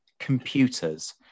computers